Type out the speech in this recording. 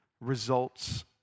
results